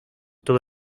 todo